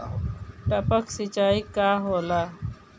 टपक सिंचाई का होला?